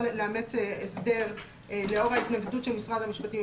לאמץ הסדר לאור ההתנגדות של משרד המשפטים.